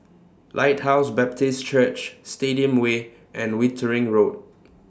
Lighthouse Baptist Church Stadium Way and Wittering Road